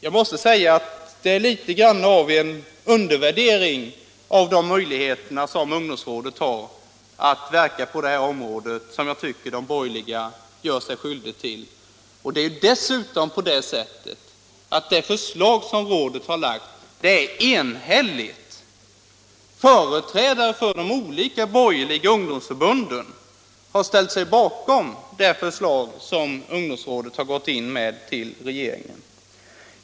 Jag måste säga att jag tycker att de borgerliga gör sig skyldiga till något av en undervärdering av de möjligheter som ungdomsrådet har när det gäller att verka på det här området. Dessutom är rådets förslag enhälligt. Företrädare för de olika borgerliga ungdomsförbunden har ställt sig bakom det förslag som ungdomsrådet lämnat in till regeringen.